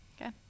Okay